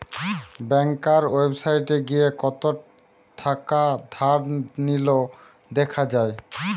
ব্যাংকার ওয়েবসাইটে গিয়ে কত থাকা ধার নিলো দেখা যায়